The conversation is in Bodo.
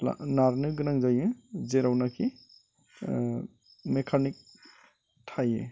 नारनो गोनां जायो जेरावनोखि मेकानिक थायो